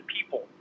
people